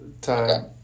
time